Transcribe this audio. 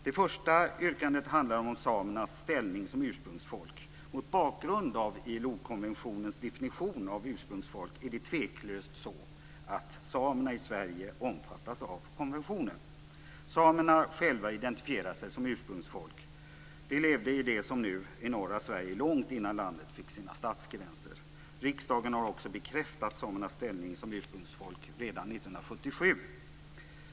Det första yrkandet handlar om samernas ställning som ursprungsfolk. Mot bakgrund av ILO konventionens definition på ursprungsfolk omfattas tveklöst samerna i Sverige av konventionen. Samerna själva indentifierar sig som ursprungsfolk. De levde i det som nu är norra Sverige långt innan landet fick sina statsgränser. Riksdagen bekräftade också samernas ställning som ursprungsfolk redan 1977.